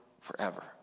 forever